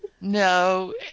No